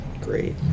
Great